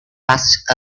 passed